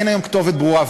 אין היום כתובת ברורה.